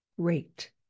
great